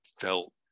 felt